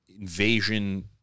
invasion